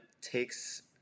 takes